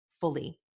fully